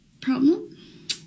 problem